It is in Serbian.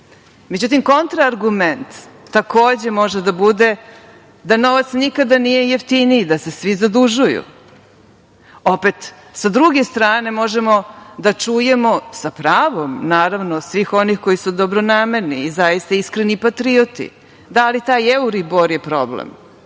Međutim, kontra argument, takođe, može da bude da novac nikada nije jeftiniji, da se svi zadužuju. Opet, sa druge strane možemo da čujemo, sa pravom naravno svih onih koji su dobronamerni i zaista iskreni patrioti, da li taj euribor je problem